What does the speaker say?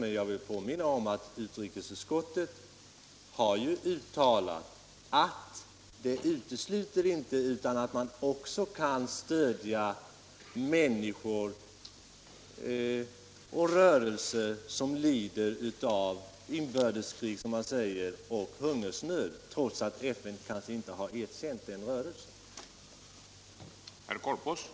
Men jag vill påminna om att utrikesutskottet har uttalat att det inte utesluter att man också kan stödja enskilda människor och rörelser där man lider av inbördeskrig och hungersnöd, även om FN inte har erkänt rörelsen i fråga.